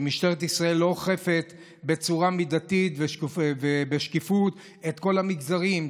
שמשטרת ישראל לא אוכפת בצורה מידתית ובשקיפות על כל המגזרים.